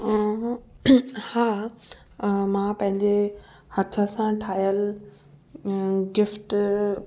हा मां पंहिंजे हथ सां ठाहियलु गिफ्ट